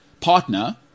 partner